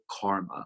karma